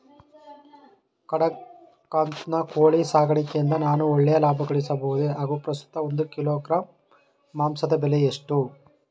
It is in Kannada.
ಕಡಕ್ನಾತ್ ಕೋಳಿ ಸಾಕಾಣಿಕೆಯಿಂದ ನಾನು ಒಳ್ಳೆಯ ಲಾಭಗಳಿಸಬಹುದೇ ಹಾಗು ಪ್ರಸ್ತುತ ಒಂದು ಕಿಲೋಗ್ರಾಂ ಮಾಂಸದ ಬೆಲೆ ಎಷ್ಟು?